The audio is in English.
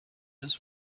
just